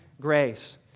grace